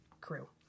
crew